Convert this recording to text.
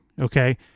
okay